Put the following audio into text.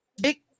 big